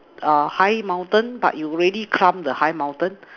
a high mountain but you already climb the high mountain